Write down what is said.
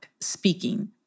speaking